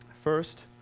First